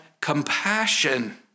compassion